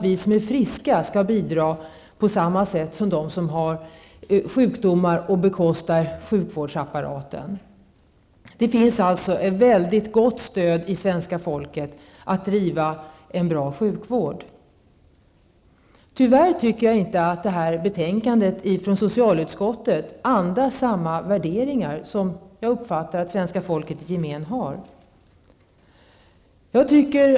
Vi som är friska skall bidra på samma sätt som de som har sjukdomar och bekostar sjukvårdsapparaten. Det finns alltså ett mycket gott stöd hos svenska folket för att vi driver en bra sjukvård. Tyvärr tycker jag inte att detta betänkande från socialutskottet andas samma värderingar som jag uppfattar att svenska folket i gemen har.